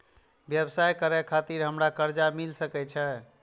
व्यवसाय करे खातिर हमरा कर्जा मिल सके छे?